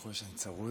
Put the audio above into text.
תסלחו לי שאני צרוד,